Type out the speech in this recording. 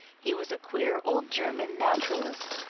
he was a queer old german naturalist,